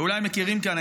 אולי מכירים כאן,